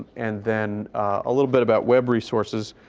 and then a little bit about web resources.